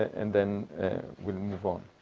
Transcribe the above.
and then we move on.